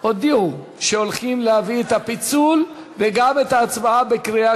הודיעו שהולכים להביא את הפיצול וגם את ההצבעה בקריאה